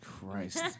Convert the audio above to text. Christ